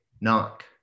knock